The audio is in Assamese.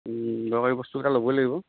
দৰকাৰী বস্তু কেইটা ল'বই লাগিব